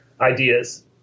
ideas